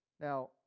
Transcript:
Now